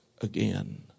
again